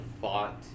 fought